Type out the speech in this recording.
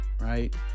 right